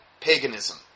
paganism